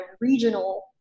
regional